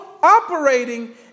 operating